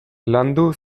landu